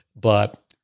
but-